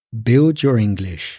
buildyourenglish